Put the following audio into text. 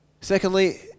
Secondly